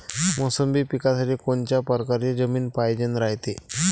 मोसंबी पिकासाठी कोनत्या परकारची जमीन पायजेन रायते?